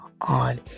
on